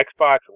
Xbox